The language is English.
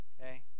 okay